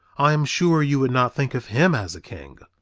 i am sure you would not think of him as a king.